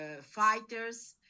fighters